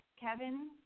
Kevin